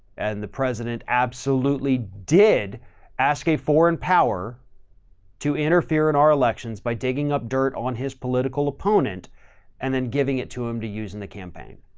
and the president absolutely did ask a foreign power to interfere in our elections by digging up dirt on his political opponent and then giving it to him to use in the campaign.